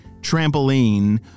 trampoline